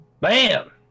Bam